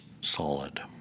solid